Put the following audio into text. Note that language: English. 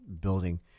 building